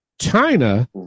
China